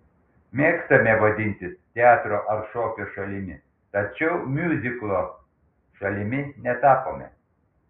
mėgstame vadintis teatro ar šokio šalimi tačiau miuziklo šalimi netapome